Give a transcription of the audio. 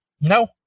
No